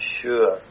sure